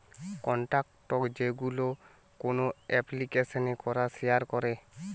contact যেইগুলো কোন এপ্লিকেশানে করে শেয়ার করে